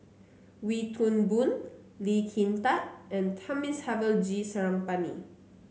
Wee Toon Boon Lee Kin Tat and Thamizhavel G Sarangapani